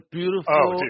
beautiful